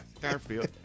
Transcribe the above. Garfield